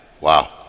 Wow